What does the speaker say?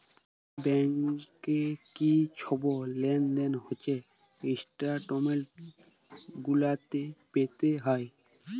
ব্যাংকে কি ছব লেলদেল হছে ইস্ট্যাটমেল্ট গুলাতে পাতে হ্যয়